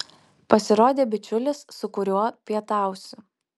pasirodė bičiulis su kuriuo pietausiu